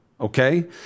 okay